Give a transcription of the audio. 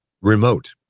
remote